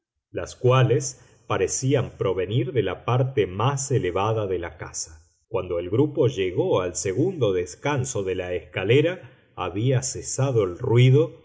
las cuales parecían provenir de la parte más elevada de la casa cuando el grupo llegó al segundo descanso de la escalera había cesado el ruido